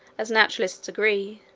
as naturalists agree,